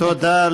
תודה.